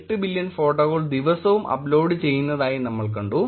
8 billion ഫോട്ടോകൾ ദിവസവും upload ചെയ്യുന്നതായി നമ്മൾ കണ്ടു